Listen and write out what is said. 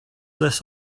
this